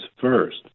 first